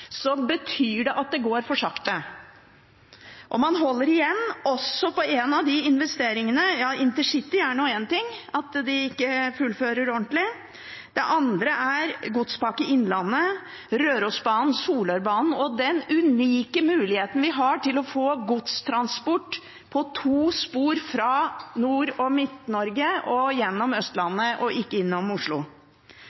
betyr det at det går for sakte. Man holder igjen. Intercity er nå én ting, at de ikke fullfører ordentlig. Det andre er Godspakke Innlandet med Rørosbanen og Solørbanen og den unike muligheten vi har til å få godstransport på to spor fra Nord- og Midt-Norge og gjennom